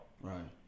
Right